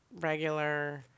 regular